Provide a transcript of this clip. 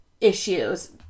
issues